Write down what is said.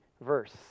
verse